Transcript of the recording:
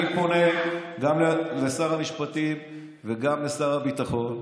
אני פונה גם לשר המשפטים וגם לשר הביטחון,